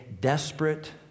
desperate